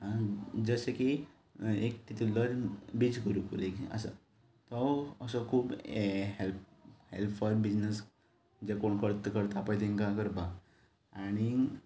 आनी जशें की एक तितूंतलो बेज गुरुकूल आसा तो असो खूब हें हेल्प हेल्प फॉर बिजनेस जे कोण करता करता पळय तांकां करपा आनीक